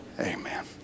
Amen